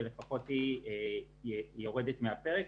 לפחות היא יורדת מעל הפרק.